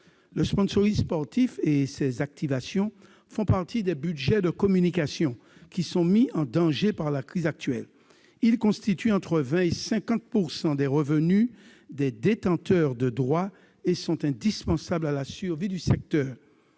Le sponsoring sportif et ses activations font partie des budgets de communication que la crise actuelle met en danger. Ils constituent entre 20 % et 50 % des revenus des détenteurs de droits et sont indispensables à la survie du secteur.